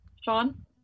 Sean